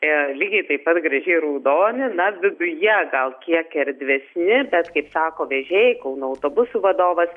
ir lygiai taip pat gražiai raudoni na viduje gal kiek erdvesni bet kaip sako vežėjai kauno autobusų vadovas